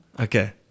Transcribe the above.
Okay